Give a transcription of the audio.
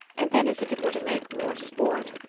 and then as if it were to make more sport,